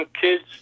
kids